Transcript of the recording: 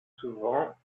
souvent